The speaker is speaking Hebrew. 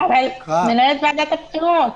מנהלת ועדת הבחירות.